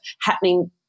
happening